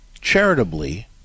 charitably